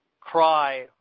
cry